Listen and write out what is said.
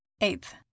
Eighth